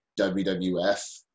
WWF